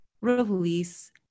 release